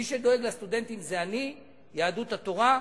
מי שדואג לסטודנטים זה אני, יהדות התורה,